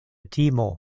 timo